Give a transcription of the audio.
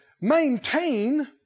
maintain